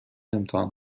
امتحان